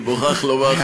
אני מוכרח לומר,